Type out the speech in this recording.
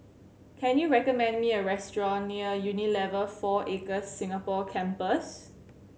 can you recommend me a restaurant near Unilever Four Acres Singapore Campus